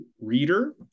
reader